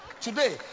Today